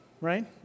Right